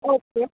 okay